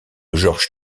george